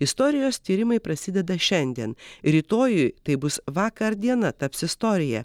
istorijos tyrimai prasideda šiandien rytojui tai bus vakar diena taps istorija